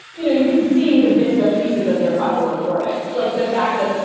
you know, you can see the bits of pieces of their other reporting, like the fact that, you